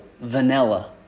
vanilla